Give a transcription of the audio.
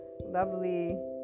lovely